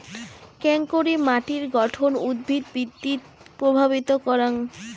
কেঙকরি মাটির গঠন উদ্ভিদ বৃদ্ধিত প্রভাবিত করাং?